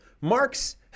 Marx